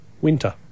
winter